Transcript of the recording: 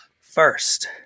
first